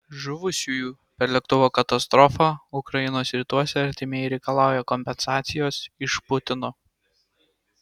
žuvusiųjų per lėktuvo katastrofą ukrainos rytuose artimieji reikalauja kompensacijos iš putino